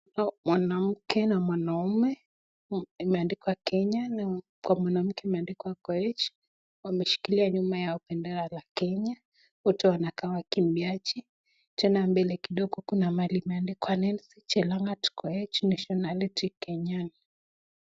Mwanamke na mwanaume ya mwanaume imeandikwa Kenya na mwanamke imeandikwa Koech, wameshikilia nyuma ya bendera la Kenya tena mbele kidogo kuna mahali imeandikwa Nancy Chelagat Koech nationality Kenyan.